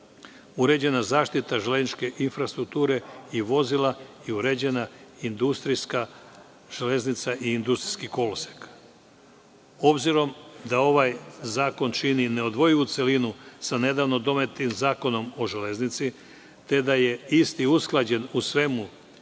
uređena je zaštita železničke infrastrukture i vozila i uređena je industrijska železnica i industrijski kolosek. Obzirom da ovaj zakon čini neodvojivu celinu sa nedavno donetim Zakonom o železnici te da je isti usklađen u svemu